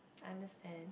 understand